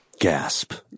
Gasp